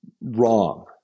wrong